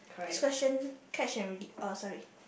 this question catch already uh sorry